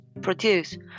produce